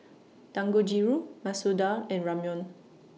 Dangojiru Masoor Dal and Ramyeon